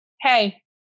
hey